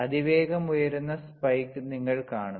അതിവേഗം ഉയരുന്ന സ്പൈക്ക് നിങ്ങൾ കാണുന്നു